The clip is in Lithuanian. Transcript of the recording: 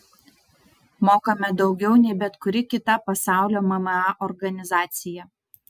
mokame daugiau nei bet kuri kita pasaulio mma organizacija